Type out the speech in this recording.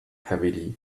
heavily